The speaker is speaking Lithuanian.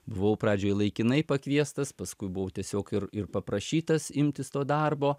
buvau pradžioj laikinai pakviestas paskui buvau tiesiog ir ir paprašytas imtis to darbo